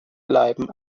bleiben